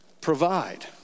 Provide